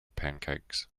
pancakes